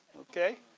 okay